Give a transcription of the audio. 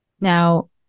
Now